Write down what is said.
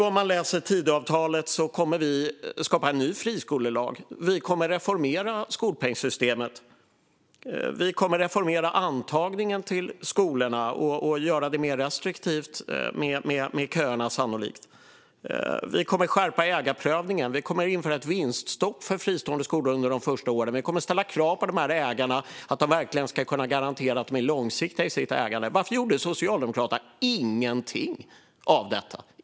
I enlighet med Tidöavtalet kommer vi nu att skapa en ny friskolelag, reformera skolpengssystemet, reformera antagningen till skolorna och göra kösystemet mer restriktivt, skärpa ägarprövningen, införa vinststopp för friskolorna under de första åren och ställa krav på att ägarna ska kunna garantera att de är långsiktiga i sitt ägande. Varför gjorde Socialdemokraterna inget av detta?